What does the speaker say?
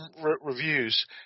reviews